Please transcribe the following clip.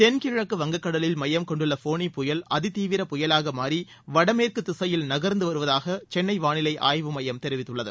தென்கிழக்கு வங்கக்கடலில் மையம் கொண்டுள்ள ஃபோனி புயல் அதி தீவிர புயலாக மாறி வடமேற்கு திசையில் நகர்ந்து வருவதாக சென்னை வானிலை ஆய்வு மையம் தெரிவித்துள்ளது